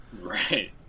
right